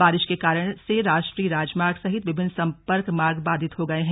बारिश के कारण से राष्ट्रीय राजमार्ग सहित विभिन्न सम्पर्क मार्ग बाधित हो गए है